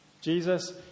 Jesus